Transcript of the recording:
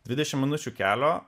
dvidešimt minučių kelio